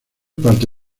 parte